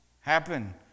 happen